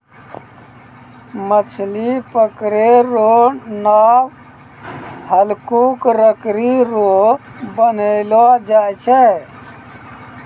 मछली पकड़ै रो नांव हल्लुक लकड़ी रो बनैलो जाय छै